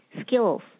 skills